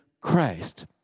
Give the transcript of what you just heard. Christ